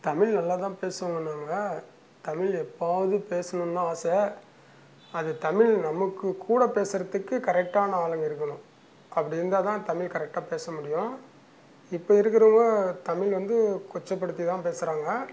தமிழ் நல்லா தான் பேசுவோனுங்க தமிழ் எப்போவாது பேசணுன்தான் ஆசை அது தமிழ் நமக்கு கூட பேசுகிறதுக்கு கரெக்டான ஆளுங்க இருக்கணும் அப்படி இருந்தால் தான் தமிழ் கரெக்டாக பேச முடியும் இப்போ இருக்கிறவங்க தமிழ் வந்து கொச்சைப்படுத்தி தான் பேசுகிறாங்க